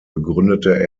begründete